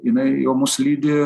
jinai jau mus lydi